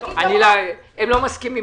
הם לא מסכימים,